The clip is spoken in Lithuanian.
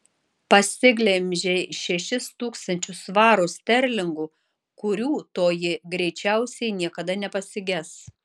pasiglemžei šešis tūkstančius svarų sterlingų kurių toji greičiausiai niekada nepasiges